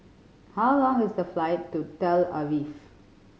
how long is the flight to Tel Aviv